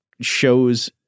shows –